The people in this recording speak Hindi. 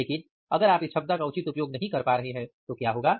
लेकिन अगर आप इस क्षमता का उचित उपयोग नहीं कर पा रहे हैं तो क्या होगा